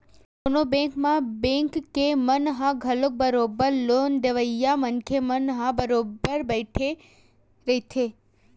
कोनो बेंक म बेंक के मन ह घलो बरोबर लोन देवइया मनखे मन ह बरोबर बइठे रहिथे